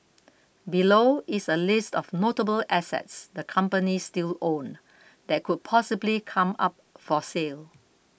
below is a list of notable assets the companies still own that could possibly come up for sale